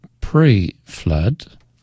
pre-Flood